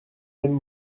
mêmes